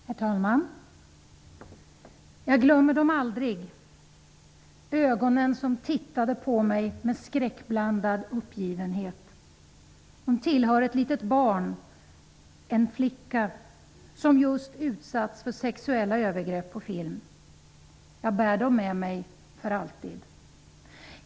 Herr talman! Jag glömmer dem aldrig. Ögonen som tittade på mig med skräckblandad uppgivenhet. De tillhör ett litet barn, en flicka, som just utsatts för sexuella övergrepp på film. Jag bär dem med mig för alltid.